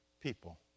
people